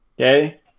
Okay